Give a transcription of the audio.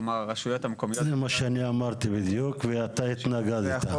כלומר הרשויות המקומיות --- זה מה שאני אמרתי בדיוק ואתה התנגדת.